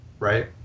right